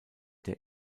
der